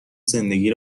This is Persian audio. زندگی